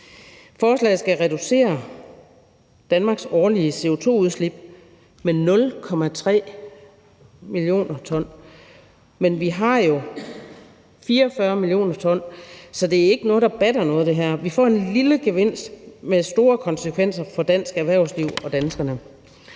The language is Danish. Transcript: Forslaget skal reducere Danmarks årlige CO2-udslip med 0,3 mio. t, men vi har jo et udslip på 44 mio. t, så det her er ikke noget, der batter. Vi får en lille gevinst med store konsekvenser for dansk erhvervsliv og danskerne.